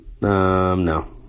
No